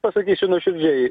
pasakysiu nuoširdžiai